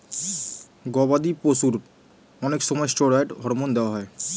গবাদি পশুর অনেক সময় স্টেরয়েড হরমোন দেওয়া হয়